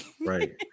Right